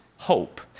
Hope